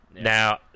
Now